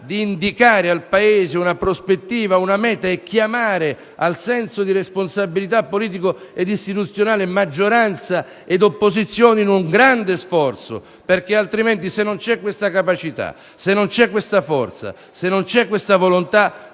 di indicare al Paese una prospettiva, una meta e chiamare al senso di responsabilità politico-istituzionale maggioranza ed opposizione in un grande sforzo. In assenza di ciò, se non c'è questa capacità, questa forza e questa volontà,